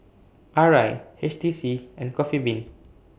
Arai H T C and Coffee Bean